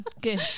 good